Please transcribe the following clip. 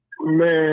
Man